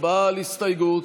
הצבעה על הסתייגות.